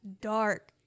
dark